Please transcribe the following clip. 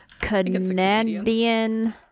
Canadian